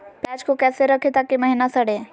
प्याज को कैसे रखे ताकि महिना सड़े?